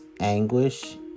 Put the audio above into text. anguish